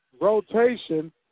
Rotation